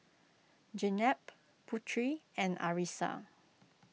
Jenab Putri and Arissa